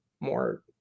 more